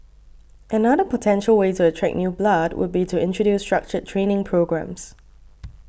another potential way with attract new blood would be to introduce structured training programmes